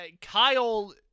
Kyle